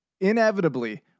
inevitably